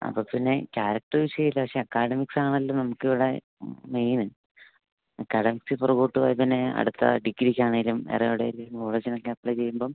അപ്പോൾ പിന്നെ ക്യാരാക്ടർ വിഷയമില്ല പക്ഷെ അക്കാഡമിക്സാണല്ലോ നമുക്ക് ഇവിടെ മെയിൻ അക്കാഡമിക്സിൽ പുറകോട്ട് പോയാൽ പിന്നെ അടുത്ത അട്ത്ത ഡിഗ്രിക്കാണേലും അതിനിടയിൽ കോളേജിലൊക്കെ അപ്ലൈ ചെയ്യുമ്പം